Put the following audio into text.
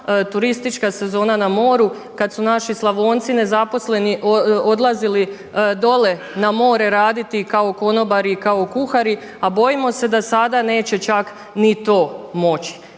turistička sezona na moru kad su naši Slavonci nezaposleni odlazili dole na more raditi kao konobari, kao kuhari, a bojimo se da sada neće čak ni to moći.